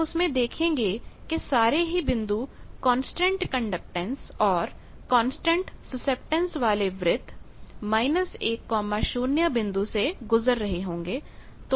हम उस में देखेंगे कि सारे ही बिंदु कांस्टेंट कंडक्टैंस और कांस्टेंट सुसेप्टन्स वाले वृत्त 10 बिंदु से गुजर रहे होंगे